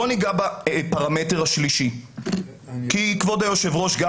בוא ניגע בפרמטר השלישי כי כבוד היושב ראש גם